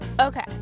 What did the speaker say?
Okay